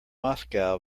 moscow